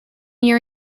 year